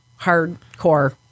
hardcore